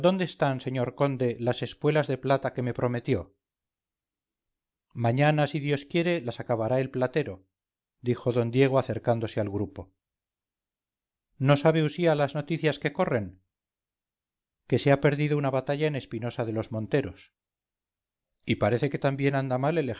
dónde están señor conde las espuelas de plata que me prometió mañana si dios quiere las acabará el platero dijo d diego acercándose al grupo no sabe usía las noticias que corren que se ha perdido una batalla en espinosa de los monteros y parece que también anda mal el